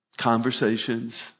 Conversations